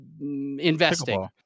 investing